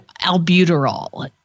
albuterol